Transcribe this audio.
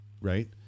right